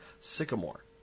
sycamore